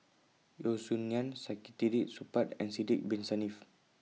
Yeo Song Nian Saktiandi Supaat and Sidek Bin Saniff